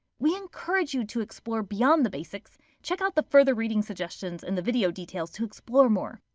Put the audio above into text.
we encourage you to explore beyond the basics check out the further reading suggestions in the video details to explore more!